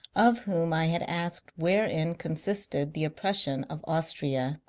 of whom i had asked wherein consisted the oppression of austria.